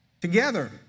Together